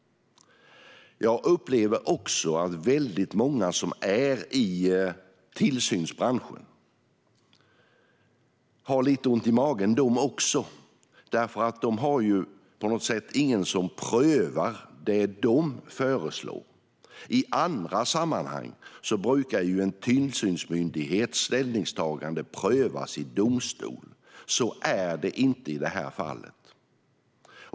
Väldigt många som är i tillsynsbranschen har också lite ont i magen. Det finns ingen som prövar det som de föreslår. I andra sammanhang brukar en tillsynsmyndighets ställningstagande prövas i domstol. Så är det inte i det här fallet.